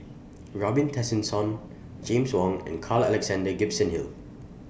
Robin Tessensohn James Wong and Carl Alexander Gibson Hill